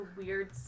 weird